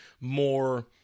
more